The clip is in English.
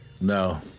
No